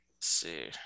see